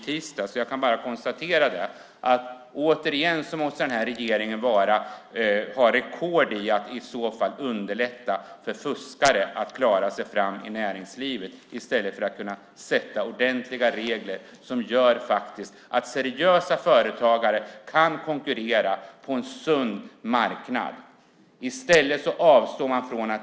Jag kan bara konstatera att den här regeringen i så fall återigen måste ha rekord i att, i stället för att införa ordentliga regler som gör att seriösa företagare kan konkurrera på en sund marknad, underlätta för fuskare att klara sig fram i näringslivet.